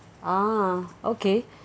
ah okay